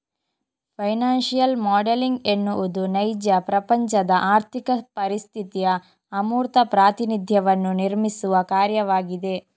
financial modelling ಎನ್ನುವುದು ನೈಜ ಪ್ರಪಂಚದ ಆರ್ಥಿಕ ಪರಿಸ್ಥಿತಿಯ ಅಮೂರ್ತ ಪ್ರಾತಿನಿಧ್ಯವನ್ನು ನಿರ್ಮಿಸುವ ಕಾರ್ಯವಾಗಿದೆ